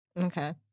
Okay